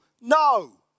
No